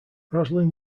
roslyn